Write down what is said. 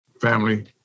family